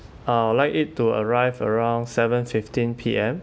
uh I would like it to arrive around seven fifteen P_M